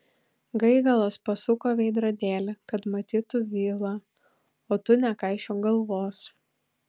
gaigalas pasuko veidrodėlį kad matytų vilą o tu nekaišiok galvos